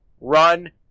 run